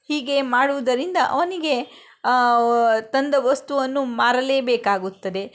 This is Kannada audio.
ಹೀಗೆ ಮಾಡುವುದರಿಂದ ಅವನಿಗೆ ತಂದ ವಸ್ತುವನ್ನು ಮಾರಲೇಬೇಕಾಗುತ್ತದೆ